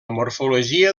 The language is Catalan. morfologia